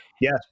Yes